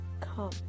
come